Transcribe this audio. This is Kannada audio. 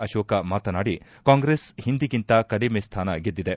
ಆಶೋಕ್ ಮಾತನಾಡಿ ಕಾಂಗ್ರೆಸ್ ಹಿಂದಿಗಿಂತ ಕಡಿಮೆ ಸ್ವಾನ ಗೆದ್ದಿದೆ